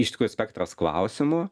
iš tikro spektras klausimų